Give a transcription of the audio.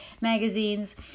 magazines